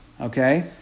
Okay